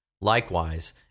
Likewise